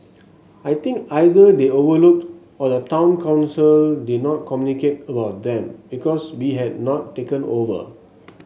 I think either they overlooked or the town council did not communicate with them because we had not taken over